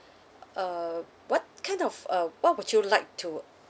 uh what kind of uh what would you like to